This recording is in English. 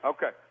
Okay